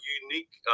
unique